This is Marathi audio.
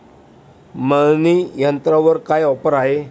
मळणी यंत्रावर काय ऑफर आहे?